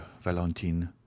valentine